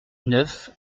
neuf